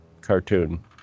cartoon